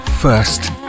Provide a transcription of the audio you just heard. first